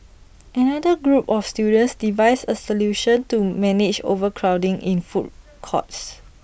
another group of students devised A solution to manage overcrowding in food courts